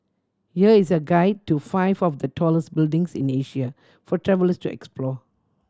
here is a guide to five of the tallest buildings in Asia for travellers to explore